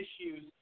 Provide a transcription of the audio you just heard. issues